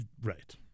Right